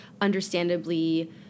understandably